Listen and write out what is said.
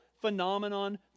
phenomenon